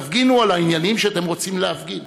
תפגינו על העניינים שאתם רוצים להפגין.